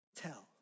tell